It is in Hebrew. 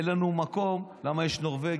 אין לנו מקום, למה יש נורבגים.